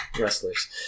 wrestlers